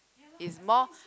it's more